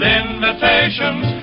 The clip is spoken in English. invitations